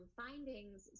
findings